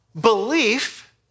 belief